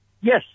Yes